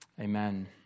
Amen